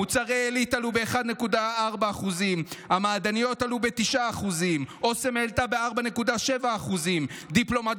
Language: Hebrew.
מוצרי עלית עלו ב-1.4%; המעדניות עלו ב-9%; אסם העלתה ב-4.7%; דיפלומט,